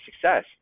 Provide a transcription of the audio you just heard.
success